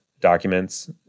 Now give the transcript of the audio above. documents